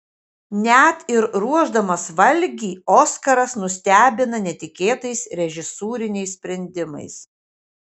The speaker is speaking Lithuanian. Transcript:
net ir ruošdamas valgį oskaras nustebina netikėtais režisūriniais sprendimais